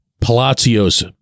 Palacios